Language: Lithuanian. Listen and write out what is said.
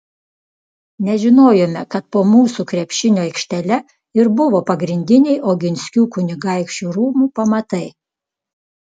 nežinojome kad po mūsų krepšinio aikštele ir buvo pagrindiniai oginskių kunigaikščių rūmų pamatai